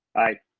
aye.